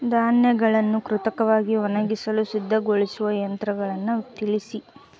ಧಾನ್ಯಗಳನ್ನು ಕೃತಕವಾಗಿ ಒಣಗಿಸಿ ಸಿದ್ದಗೊಳಿಸುವ ಯಂತ್ರಗಳನ್ನು ತಿಳಿಸಿ?